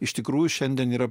iš tikrųjų šiandien yra